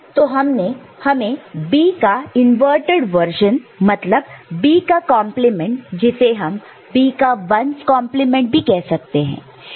तो हमें B का इन्वर्टिड वर्शन मतलब B का कॉन्प्लीमेंट जिसे हम B का 1's कॉन्प्लीमेंट 1's complement भी कह सकते हैं